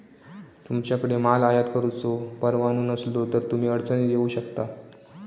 तुमच्याकडे माल आयात करुचो परवाना नसलो तर तुम्ही अडचणीत येऊ शकता